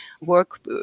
work